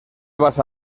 basa